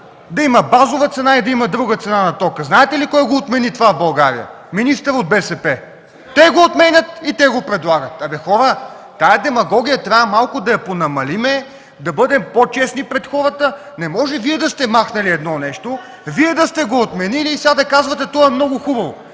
да има базова цена и да има друга цена на тока. Знаете ли кой отмени това в България? Министър от БСП. Те го отменят и те го предлагат. Хора, трябва да понамалим малко тази демагогия и да бъдем по-честни пред хората. Не може Вие да сте махнали едно нещо, Вие да сте го отменили и сега да казвате: „То е много хубаво”.